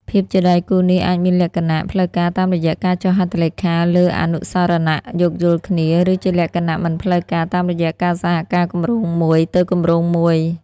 ភាពជាដៃគូនេះអាចមានលក្ខណៈផ្លូវការតាមរយៈការចុះហត្ថលេខាលើអនុស្សរណៈយោគយល់គ្នា ឬជាលក្ខណៈមិនផ្លូវការតាមរយៈការសហការគម្រោងមួយទៅគម្រោងមួយ។